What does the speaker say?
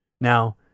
Now